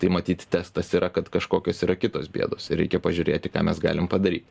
tai matyt testas yra kad kažkokios yra kitos bėdos ir reikia pažiūrėti ką mes galim padaryt